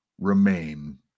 remain